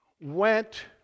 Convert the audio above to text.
went